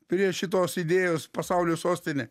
prie šitos idėjos pasaulio sostinė